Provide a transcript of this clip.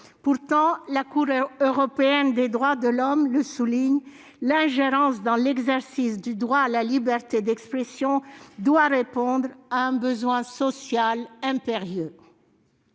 Pourtant, la Cour européenne des droits de l'homme le souligne : l'ingérence dans l'exercice du droit à la liberté d'expression doit répondre à un besoin social impérieux.